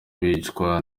bicwa